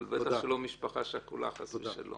אבל בטח שלא משפחה שכולה, חס ושלום.